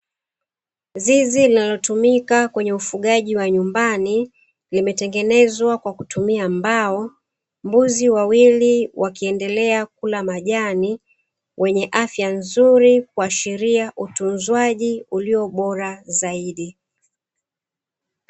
Zizi linalotumika kwenye ufugaji wa nyumbani limetengezwa kwa kutumia mbao. Mbuzi wawili wakiendelea kula majani wenye afya nzuri kuashiria utunzwaji ulio bora zaidi.